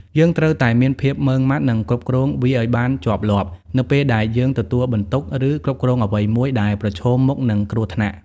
យើងត្រូវតែមានភាពម៉ឺងម៉ាត់ និងគ្រប់គ្រងវាឱ្យបានជាប់លាប់ នៅពេលដែលយើងទទួលបន្ទុក ឬគ្រប់គ្រងអ្វីមួយដែលប្រឈមមុខនឹងគ្រោះថ្នាក់ ។